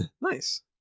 Nice